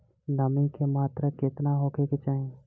नमी के मात्रा केतना होखे के चाही?